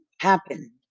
happen